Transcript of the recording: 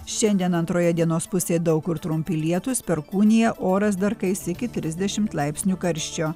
šiandien antroje dienos pusėj daug kur trumpi lietūs perkūnija oras dar kais iki trisdešim laipsnių karščio